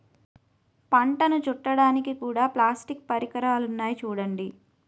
పంటను చుట్టడానికి కూడా ప్లాస్టిక్ పరికరాలున్నాయి చూడండి